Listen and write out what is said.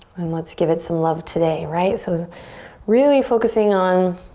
and let's give it some love today. right, so it was really focusing on